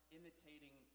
imitating